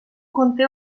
conté